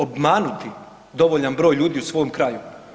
Obmanuti dovoljan broj ljudi u svom kraju?